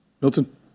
Milton